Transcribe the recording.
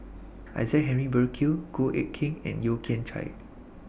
Isaac Henry Burkill Goh Eck Kheng and Yeo Kian Chye